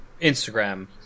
instagram